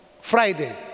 Friday